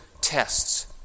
tests